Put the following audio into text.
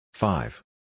Five